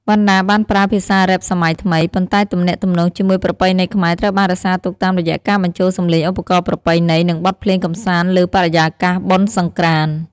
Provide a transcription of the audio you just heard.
វណ្ណដាបានប្រើភាសាររ៉េបសម័យថ្មី ប៉ុន្តែទំនាក់ទំនងជាមួយប្រពៃណីខ្មែរត្រូវបានរក្សាទុកតាមរយៈការបញ្ចូលសម្លេងឧបករណ៍ប្រពៃណី និងបទភ្លេងកម្សាន្តលើបរិយាកាសបុណ្យសង្រ្កាន្ត។